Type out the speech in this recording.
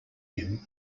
him